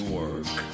work